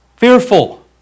Fearful